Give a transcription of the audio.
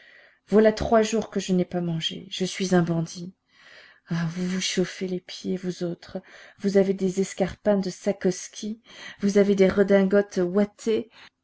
voilà trois jours que je n'ai pas mangé je suis un bandit ah vous vous chauffez les pieds vous autres vous avez des escarpins de sakoski vous avez des redingotes